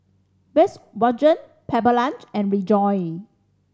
Volkswagen Pepper Lunch and Rejoice